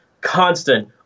constant